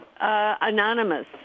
anonymous